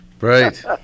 Right